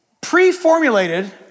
pre-formulated